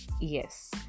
Yes